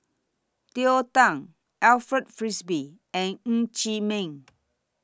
Cleo Thang Alfred Frisby and Ng Chee Meng